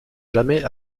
jamais